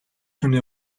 хүний